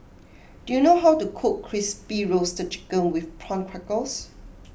do you know how to cook Crispy Roasted Chicken with Prawn Crackers